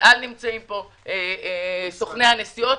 סוכני נסיעות,